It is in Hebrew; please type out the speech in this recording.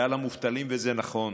ועל המובטלים, וזה נכון,